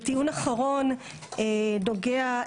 וטיעון אחרון ונוגע,